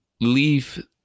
leave